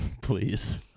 Please